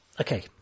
okay